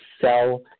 sell